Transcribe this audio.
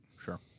sure